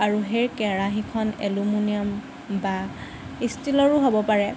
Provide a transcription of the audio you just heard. আৰু সেই কেৰাহীখন এলুমিনিয়াম বা ষ্টীলৰো হ'ব পাৰে